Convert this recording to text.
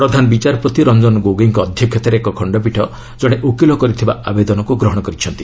ପ୍ରଧାନ ବିଚାରପତି ରଞ୍ଜନ୍ ଗୋଗୋଇଙ୍କ ଅଧ୍ୟକ୍ଷତାରେ ଏକ ଖଣ୍ଡପୀଠ ଜଣେ ଓକିଲ କରିଥିବା ଆବେଦନକୁ ଗ୍ରହଣ କରିଛନ୍ତି